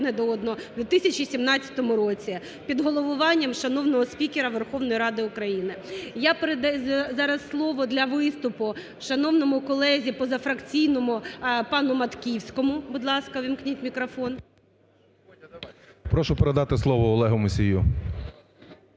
до одного у 2017 році під головуванням шановного спікера Верховної Ради України. Я передаю зараз слово для виступу шановному колезі позафракційному пану Матківському. Будь ласка, увімкніть мікрофон. 11:30:02 МАТКІВСЬКИЙ Б.М. Прошу передати слово Олегу Мусію.